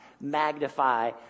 magnify